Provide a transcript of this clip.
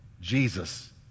Jesus